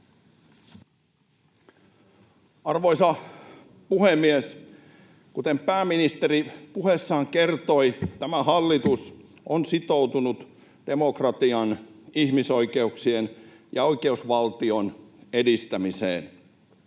Arvoisa puhemies! Kuten pääministeri puheessaan kertoi, tämä hallitus on sitoutunut demokratian, ihmisoikeuksien ja oikeusvaltion edistämiseen.